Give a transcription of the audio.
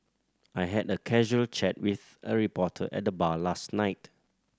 I had a casual chat with a reporter at the bar last night